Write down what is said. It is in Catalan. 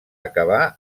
acabar